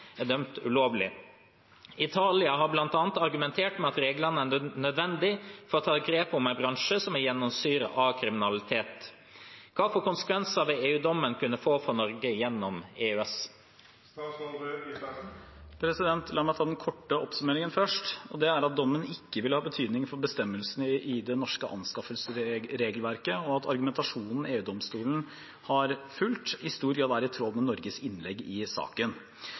er dømt ulovlig. Italia har bl.a. argumentert med at reglene er nødvendig for å ta grep om en bransje som er gjennomsyret av kriminalitet. Hvilke konsekvenser vil EU-dommen kunne få for Norge gjennom EØS?» La meg ta den korte oppsummeringen først. Det er at dommen ikke vil ha betydning for bestemmelsene i det norske anskaffelsesregelverket, og at argumentasjonen EU-domstolen har fulgt, i stor grad er i tråd med Norges innlegg i saken.